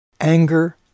anger